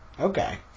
Okay